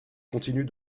continue